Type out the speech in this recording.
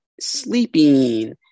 sleeping